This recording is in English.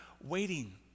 waiting